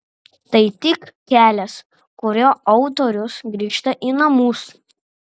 tai tik kelias kuriuo autorius grįžta į namus